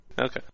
Okay